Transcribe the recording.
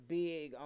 big